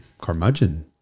Carmudgeon